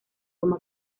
como